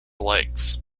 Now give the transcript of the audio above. legs